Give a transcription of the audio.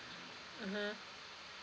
mmhmm